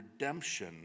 redemption